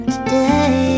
Today